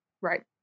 Right